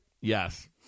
Yes